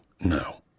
no